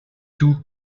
tout